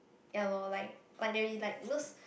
ya lor like but they will be like those